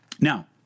Now